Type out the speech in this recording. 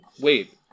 Wait